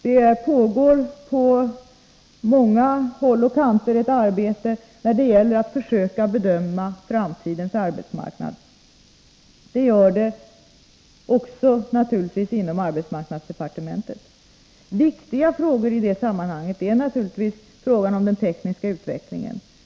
Det pågår på många håll ett arbete med att försöka bedöma framtidens arbetsmarknad. Det sker naturligtvis också inom arbetsmarknadsdepartementet. En viktig aspekt i det sammanhanget är givetvis frågan om den tekniska utvecklingen.